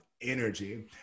energy